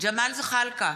ג'מאל זחאלקה,